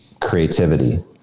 creativity